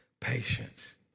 patience